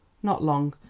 not long.